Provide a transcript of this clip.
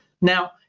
Now